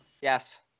Yes